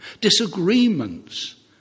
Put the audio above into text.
disagreements